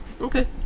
Okay